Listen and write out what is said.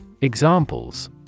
Examples